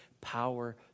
power